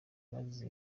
bazize